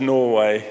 Norway